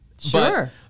Sure